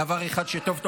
דבר אחד שתבינו